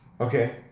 okay